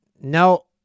No